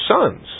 sons